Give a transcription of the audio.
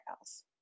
else